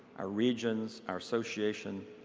our regions, our association,